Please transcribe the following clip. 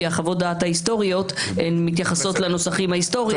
כי חוות הדעת ההיסטוריות מתייחסות לנוסחים ההיסטוריים.